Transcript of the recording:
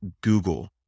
Google